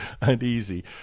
uneasy